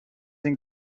این